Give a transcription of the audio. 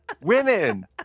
women